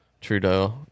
trudeau